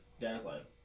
Gaslight